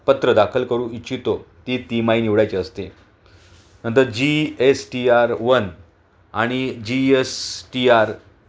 पत्र दाखल करू इच्छितो ती तिमाही निवडायची असते नंतर G S T R one आणि जी यस टी आर